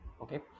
okay